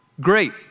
Great